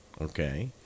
Okay